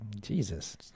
Jesus